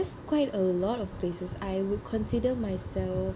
there's quite a lot of places I would consider myself